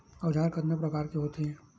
औजार कतना प्रकार के होथे?